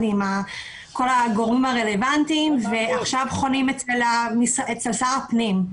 הגורמים הרלוונטיים ועכשיו חונים אצל שר הפנים.